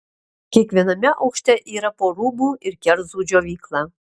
kiekviename aukšte yra po rūbų ir kerzų džiovyklą